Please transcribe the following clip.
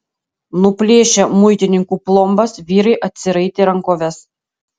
nuplėšę muitininkų plombas vyrai atsiraitė rankoves